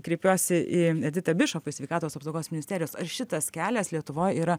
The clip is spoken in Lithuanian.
kreipiuosi į editą bišop iš sveikatos apsaugos ministerijos ar šitas kelias lietuvoj yra